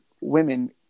women